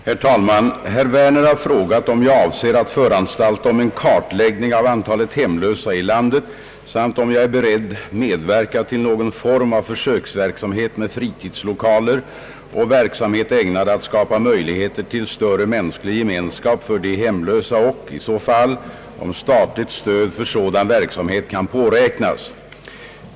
Herr talman! Herr Werner har frågat om jag avser att föranstalta om en kartläggning av antalet hemlösa i landet samt om jag är beredd medverka till någon form av försöksverksamhet med fritidslokaler och verksamhet ägnad att skapa möjligheter till större mänsklig gemenskap för de hemlösa och, i så fall, om statligt stöd för sådan verksamhet kan påräknas.